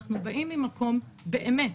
אנחנו באים ממקום באמת